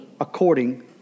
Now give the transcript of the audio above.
according